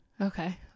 Okay